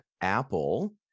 Apple